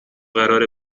قراره